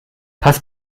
pass